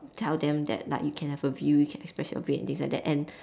tell them that like you can have a view you can express your feelings things like that and